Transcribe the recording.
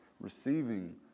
receiving